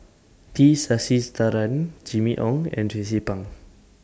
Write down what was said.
T Sasitharan Jimmy Ong and Tracie Pang